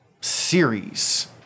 series